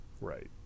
right